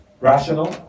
rational